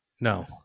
No